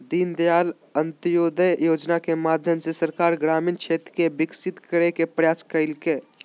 दीनदयाल अंत्योदय योजना के माध्यम से सरकार ग्रामीण क्षेत्र के विकसित करय के प्रयास कइलके